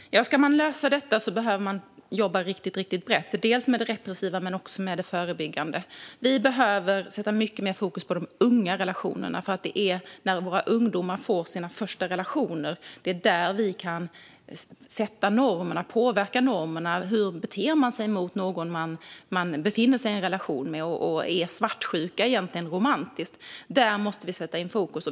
Fru talman! Ska man lösa detta behöver man jobba riktigt brett med det repressiva men också med det förebyggande. Vi behöver sätta mycket mer fokus på de unga relationerna. Det är när våra ungdomar får sina första relationer som vi kan sätta normerna och påverka normerna. Hur beter man sig mot någon som man befinner sig i relation med, och är svartsjuka egentligen romantiskt? Där måste vi sätta in fokus.